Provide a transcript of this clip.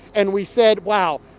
and we said, wow,